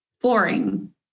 flooring